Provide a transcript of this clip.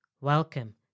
Welcome